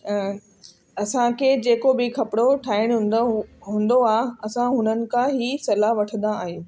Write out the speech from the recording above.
ऐं असांखे जेको बि कपिड़ो ठाहिणो हूंदो आहे असां हुननि खां ई सलह वठंदा आहियूं